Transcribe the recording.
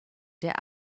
der